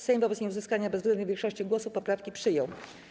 Sejm wobec nieuzyskania bezwzględnej większości głosów poprawki przyjął.